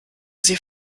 sie